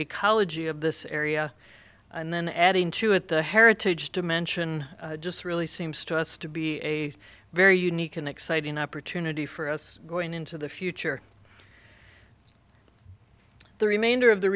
ecology of this area and then adding to it the heritage dimension just really seems to us to be a very unique an exciting opportunity for us going into the future the remainder of the